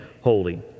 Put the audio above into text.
holy